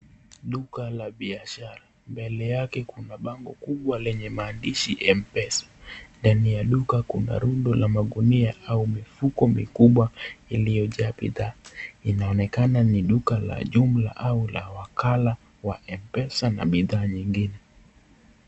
Duka la biashara, mbele yake kuna bango kubwa lenye maandishi Mpesa. Ndani ya duka kuna rundo la magunia au mifuko mikubwa iliyojaa bidhaa. Inaonekana ni duka la jumla au la wakala wa Mpesa na bidhaa nyingine.